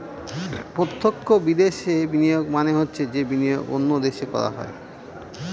প্রত্যক্ষ বিদেশে বিনিয়োগ মানে হচ্ছে যে বিনিয়োগ অন্য দেশে করা হয়